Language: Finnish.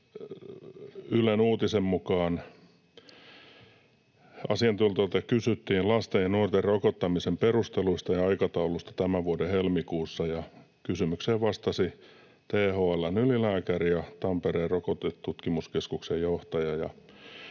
Ylen uutisen mukaan asiantuntijoilta kysyttiin lasten ja nuorten rokottamisen perusteluista ja aikataulusta tämän vuoden helmikuussa, ja kysymykseen vastasi THL:n ylilääkäri ja Tampereen Rokotetutkimuskeskuksen johtaja.